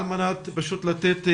המשרד לביטחון פנים על מנת לתת לצעירים